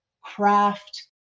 craft